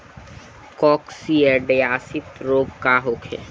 काकसिडियासित रोग का होखे?